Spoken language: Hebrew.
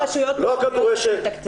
לא הכדורשת,